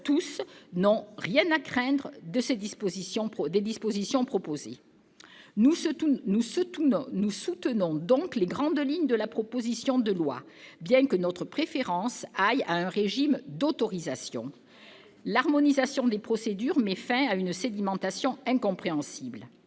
tous n'ont rien à craindre des dispositions proposées. Nous soutenons donc les grandes lignes de cette proposition de loi, bien que notre préférence aille à un régime d'autorisation. Voilà ! L'harmonisation des procédures met fin à une sédimentation incompréhensible.